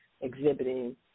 exhibiting